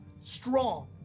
strong